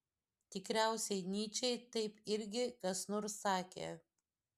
tikriausiai nyčei taip irgi kas nors sakė